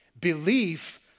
Belief